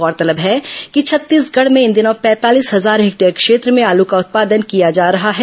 गौरतलब है कि छत्तीसगढ़ में इन दिनों पैंतालीस हजार हेक्टेयर क्षेत्र में आलू का उत्पादन किया जा रहा है